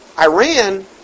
Iran